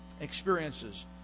experiences